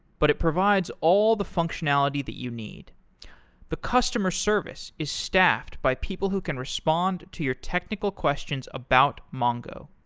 but it provides all the functionality that you need the customer service is staffed by people who can respond to your technical questions about mongo.